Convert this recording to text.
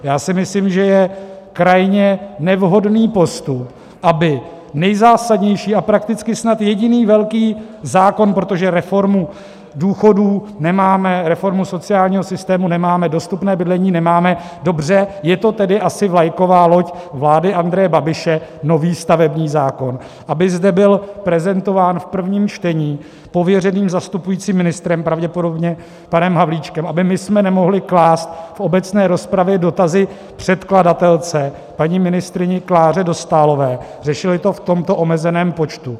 Já si myslím, že je krajně nevhodný postup, aby nejzásadnější a prakticky snad jediný velký zákon protože reformu důchodů nemáme, reformu sociálního systému nemáme, dostupné bydlení nemáme, dobře, je to tedy asi vlajková loď vlády Andreje Babiše, nový stavební zákon aby zde byl prezentován v prvním čtení pověřeným zastupujícím ministrem, pravděpodobně panem Havlíčkem, abychom nemohli klást v obecné rozpravě dotazy předkladatelce, paní ministryni Kláře Dostálové, a řešili to v tomto omezeném počtu.